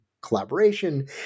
collaboration